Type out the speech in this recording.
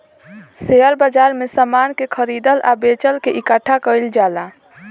share बाजार में समान के खरीदल आ बेचल के इकठ्ठा कईल जाला